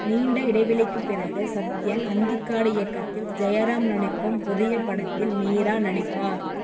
நீண்ட இடைவெளிக்குப் பிறகு சத்யன் அந்திக்காடு இயக்கத்தில் ஜெயராம் நடிக்கும் புதிய படத்தில் மீரா நடிப்பார்